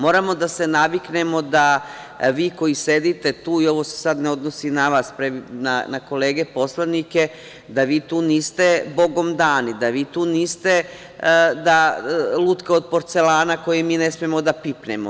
Moramo da se naviknemo da vi koji sedite tu, ovo se sada ne odnosi na vas kolege poslanike, da vi tu niste bogom dani, da vi tu niste lutke od porcelane, koje mi ne smemo da pipnemo.